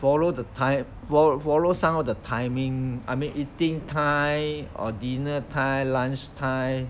follow the time fo~ follow some of the timing I mean eating time or dinner time lunch time